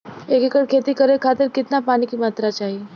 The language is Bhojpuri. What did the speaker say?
एक एकड़ खेती करे खातिर कितना पानी के मात्रा चाही?